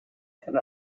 and